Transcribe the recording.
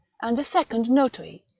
and a second notary,